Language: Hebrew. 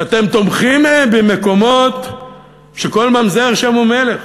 אתם תומכים במקומות שכל ממזר שם הוא מלך